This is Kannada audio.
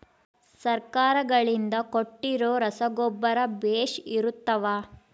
ಸರ್ಕಾರಗಳಿಂದ ಕೊಟ್ಟಿರೊ ರಸಗೊಬ್ಬರ ಬೇಷ್ ಇರುತ್ತವಾ?